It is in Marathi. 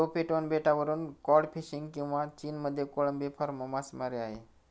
लोफेटोन बेटावरून कॉड फिशिंग किंवा चीनमध्ये कोळंबी फार्म मासेमारी आहे